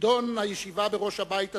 פיקדון הישיבה בראש הבית הזה,